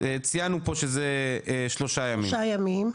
ציינו פה שזה שלושה ימים,